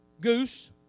Goose